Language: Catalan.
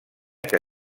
que